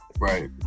Right